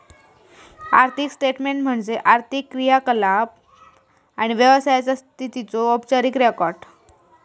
आर्थिक स्टेटमेन्ट म्हणजे आर्थिक क्रियाकलाप आणि व्यवसायाचा स्थितीचो औपचारिक रेकॉर्ड